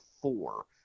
four